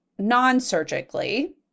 non-surgically